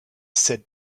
said